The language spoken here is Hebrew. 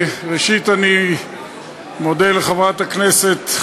ראשית אני מודה לחברת הכנסת,